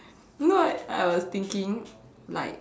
you know what I was thinking like